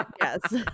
Yes